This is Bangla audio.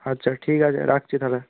আচ্ছা ঠিক আছে রাখছি তাহলে